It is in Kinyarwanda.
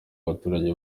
abaturage